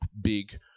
big